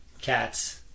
cats